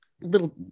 little